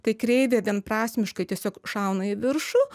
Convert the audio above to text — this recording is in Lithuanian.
tai kreivė vienprasmiškai tiesiog šauna į viršų